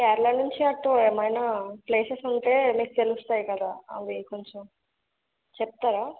కేరళ నుంచి అటు ఏమైనా ప్లేసెస్ ఉంటే మీకు తెలుస్తాయి కదా అవి కొంచెం చెప్తారా